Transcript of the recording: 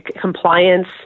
compliance